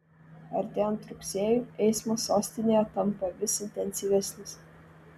artėjant rugsėjui eismas sostinėje tampa vis intensyvesnis